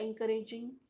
encouraging